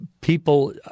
people